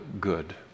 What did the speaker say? good